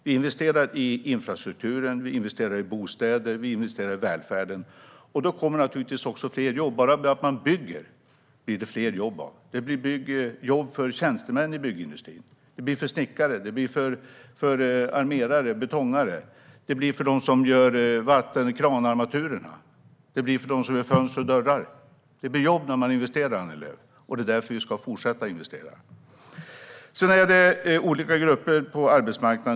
Vi investerar i infrastrukturen, vi investerar i bostäder och vi investerar i välfärden. Då kommer naturligtvis också fler jobb. Bara det att man bygger blir det fler jobb av. Det blir jobb för tjänstemän i byggindustrin, för snickare, för armerare och för betongarbetare. Det blir jobb för dem som gör vattenkransarmaturerna. Det blir jobb för dem som gör fönster och dörrar. Det blir jobb när man investerar, Annie Lööf. Det är därför vi ska fortsätta investera. Det finns olika grupper på arbetsmarknaden.